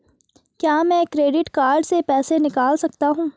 क्या मैं credit card से पैसे निकाल सकता हूँ?